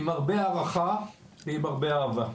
עם הרבה הערכה ועם הרבה אהבה.